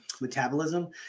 metabolism